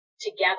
together